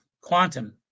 quantum